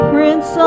Prince